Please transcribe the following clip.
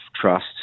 trust